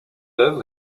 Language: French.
oeuvre